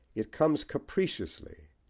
it comes capriciously,